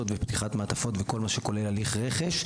ופתיחת מעטפות וכל מה שכולל הליך רכש.